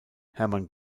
hermann